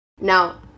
now